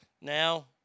Now